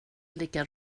lika